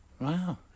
Wow